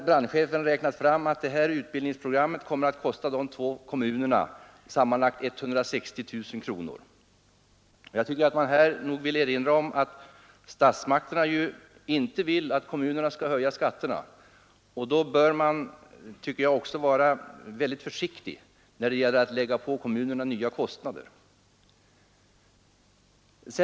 Brandchefen där har räknat ut att utbildningsprogrammet kommer att kosta dessa två kommuner sammanlagt 160 000 kronor. Statsmakterna vill ju inte att kommunerna skall höja skatterna. Då bör man också vara försiktig när det gäller att lägga på kommunerna nya kostnader.